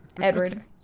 Edward